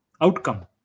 Outcome